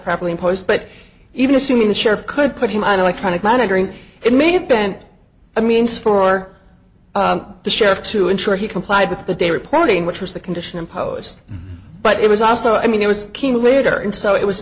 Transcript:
imposed but even assuming the sheriff could put him on electronic monitoring it may have been a means for the sheriff to ensure he complied with the day reporting which was the condition imposed but it was also i mean it was